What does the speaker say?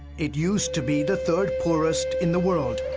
it used to be the third poorest in the world.